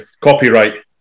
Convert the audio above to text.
copyright